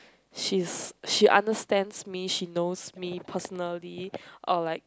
she's she understands me she knows me personally uh like